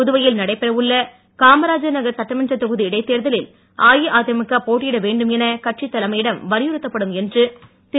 புதுவையில் நடைபெற உள்ள காமராஜர் நகர் சட்டமன்ற தொகுதி இடைத் தேர்தலில் அஇஅதிமுக போட்டியிட வேண்டும் என கட்சித் தலைமையிடம் வலியுறுத்தப்படும் என்று திரு